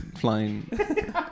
flying